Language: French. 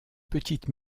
petite